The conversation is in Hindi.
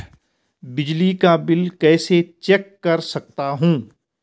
बिजली का बिल कैसे चेक कर सकता हूँ?